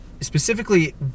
specifically